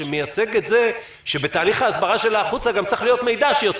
שמייצג את זה שבתהליך ההסברה שלה החוצה גם צריך להיות מידע שיוצא